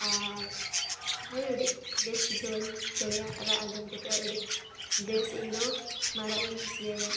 ᱟᱨ ᱦᱚᱭ ᱟᱹᱰᱤ ᱵᱮᱥ ᱵᱩᱡᱷᱟᱹᱣᱟᱹᱧ ᱪᱮᱬᱮᱭᱟ ᱨᱟᱜ ᱟᱸᱡᱚᱢ ᱠᱚᱛᱮ ᱟᱨ ᱟᱹᱰᱤ ᱵᱮᱥ ᱤᱧ ᱫᱚ ᱢᱟᱨᱟᱜ ᱤᱧ ᱠᱩᱥᱤᱭᱟᱭᱟ